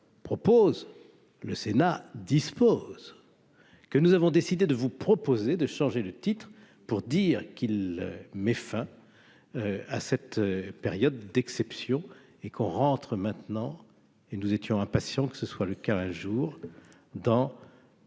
proposent le Sénat dispose que nous avons décidé de vous proposer de changer le titre pour dire qu'il met fin à cette période d'exception et qu'on rentre maintenant et nous étions impatients, que ce soit le quinze jours dans.